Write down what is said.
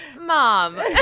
mom